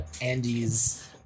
Andy's